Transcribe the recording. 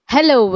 Hello